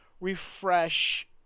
refresh